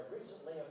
recently